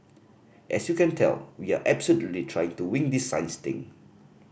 as you can tell we are absolutely trying to wing this science thing